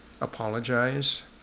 apologize